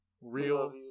real